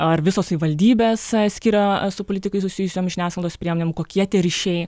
ar visos savivaldybės skiria su politikais susijusiom žiniasklaidos priemonėm kokie tie ryšiai